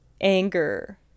anger